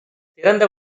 திறந்த